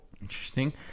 Interesting